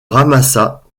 ramassa